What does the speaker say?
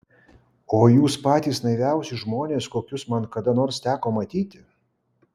o jūs patys naiviausi žmonės kokius man kada nors teko matyti